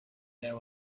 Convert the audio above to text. there